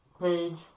page